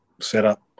setup